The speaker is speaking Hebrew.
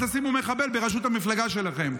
כן, עוד מעט תשימו מחבל בראשות המפלגה שלכם.